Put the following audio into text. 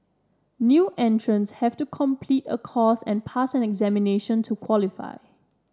new entrants have to complete a course and pass an examination to qualify